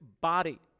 body